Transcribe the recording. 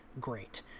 great